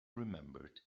remembered